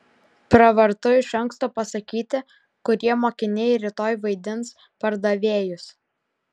pravartu iš anksto pasakyti kurie mokiniai rytoj vaidins pardavėjus